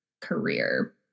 career